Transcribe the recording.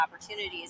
opportunities